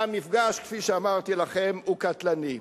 והמפגש, כפי שאמרתי לכם, הוא קטלני.